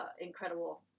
incredible